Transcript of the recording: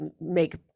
make